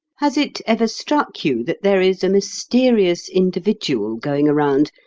has it ever struck you that there is a mysterious individual going around,